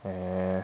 err